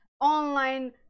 online